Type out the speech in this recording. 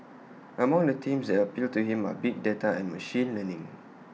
among the teams that appeal to him are big data and machine learning